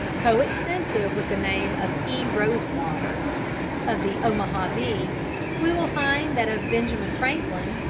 coextensive with the name of e. rosewater of the omaha bee we will find that of benjamin franklin,